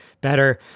better